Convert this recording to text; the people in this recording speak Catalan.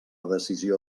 decisió